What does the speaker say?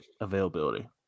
availability